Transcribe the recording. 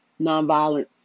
Nonviolence